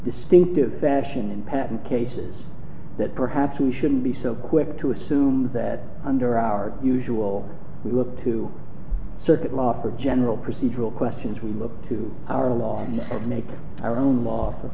distinctive fashion in patent cases that perhaps we shouldn't be so quick to assume that under our usual we look to circuit law for general procedural questions we look to our law to make our own l